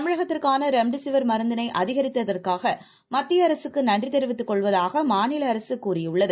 தமிழகத்திற்கானரெம்டெசிவர் மருந்தினைஅதிகரித்ததற்காகமத்தியஅரசுக்குநன்றிதெரிவித்துக் கொள்வதாகமாநிலஅரசுகூறியுள்ளது